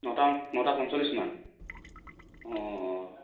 নটা নটা পঞ্চল্লিছ মান অঁ অঁ